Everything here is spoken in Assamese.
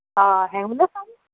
অঁ হেঙুলে চাম